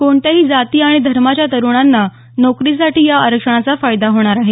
कोणत्याही जाती आणि धर्माच्या तरुणांना नोकरीसाठी या आरक्षणाचा फायदा होणार आहे